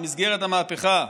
במסגרת המהפכה,